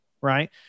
Right